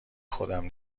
خودم